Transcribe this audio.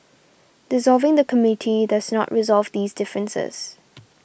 dissolving the Committee does not resolve these differences